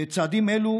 צעדים אלו,